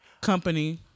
company